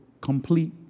complete